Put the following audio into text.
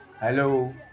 hello